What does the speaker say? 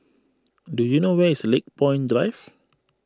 do you know where is Lakepoint Drive